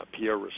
Pierre